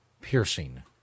piercing